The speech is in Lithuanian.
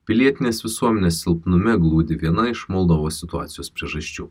pilietinės visuomenės silpnume glūdi viena iš moldovos situacijos priežasčių